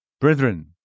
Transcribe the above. Brethren